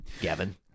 Gavin